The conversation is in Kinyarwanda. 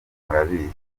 murabizi